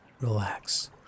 relax